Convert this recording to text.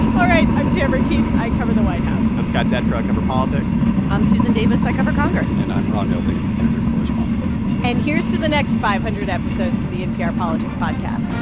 all right. i'm tamara keith. i cover the white house i'm scott detrow. i cover politics i'm susan davis. i cover congress and i'm ron elving, editor correspondent and here's to the next five hundred episodes of the npr politics podcast